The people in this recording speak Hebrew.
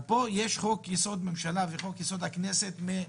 אבל פה יש חוק-יסוד: הממשלה וחוק-יסוד: הכנסת מזה